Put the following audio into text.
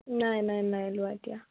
নাই নাই নাই লোৱা এতিয়া